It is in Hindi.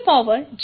j k